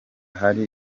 hari